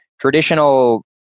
Traditional